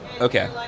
Okay